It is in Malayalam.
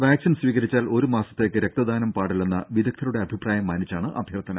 വാക്സിൻ സ്വീകരിച്ചാൽ ഒരു മാസത്തേക്ക് രക്തദാനം പാടില്ലെന്ന വിദഗ്ധരുടെ അഭിപ്രായം മാനിച്ചാണ് അഭ്യർത്ഥന